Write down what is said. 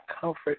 comfort